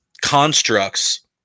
constructs